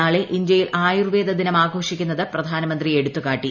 നാളെ ഇന്ത്യയിൽ ആയൂർവേദ ദിനം ആഘോഷിക്കുന്നത് പ്രധാനമന്ത്രി എടുത്തുകാട്ടി